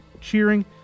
cheering